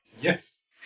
Yes